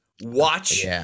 watch